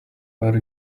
were